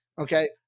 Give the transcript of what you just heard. Okay